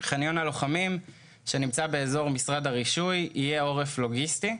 חניון הלוחמים שנמצא באזור משרד הרישוי יהיה עורף לוגיסטי,